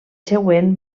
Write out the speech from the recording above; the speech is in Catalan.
següent